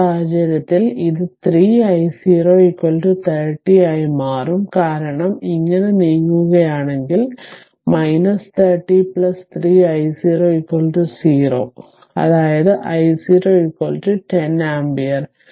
ആ സാഹചര്യത്തിൽ അത് 3 i0 30 ആയി മാറും കാരണം ഇങ്ങനെ നീങ്ങുകയാണെങ്കിൽ 30 3 i0 0 അതായത് i0 10 ആമ്പിയർ